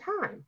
time